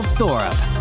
Thorup